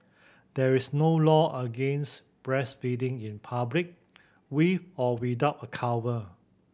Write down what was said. there is no law against breastfeeding in public with or without a cover